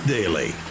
Daily